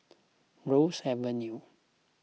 Ross Avenue